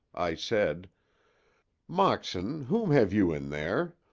i said moxon, whom have you in there?